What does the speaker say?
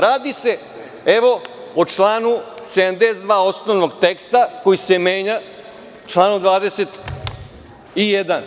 Radi se o članu 72. osnovnog teksta koji se menja članom 21.